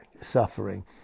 suffering